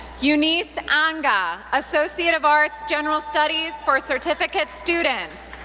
eunice anga, associate of arts, general studies for certificate students.